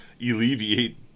alleviate